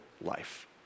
life